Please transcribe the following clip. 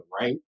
right